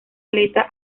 aleta